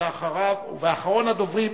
אחרון הדוברים,